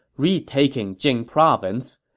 retaking jing province.